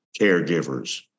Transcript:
caregivers